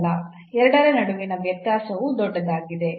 2 ರ ನಡುವಿನ ವ್ಯತ್ಯಾಸವು ದೊಡ್ಡದಾಗಿದೆ